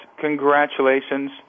congratulations